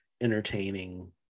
entertaining